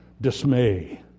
dismay